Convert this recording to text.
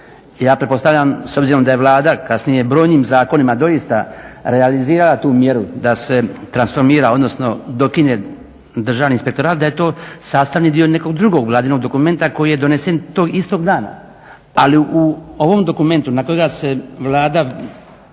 Ja pretpostavljam, s obzirom da je Vlada kasnije brojnim zakonima doista realizirala tu mjeru da se transformira, odnosno dokine Državni inspektorat, da je to sastavni dio nekog drugo vladinog dokumenta koji je donesen tog istog dana. Ali u ovom dokumentu na kojega se Vlada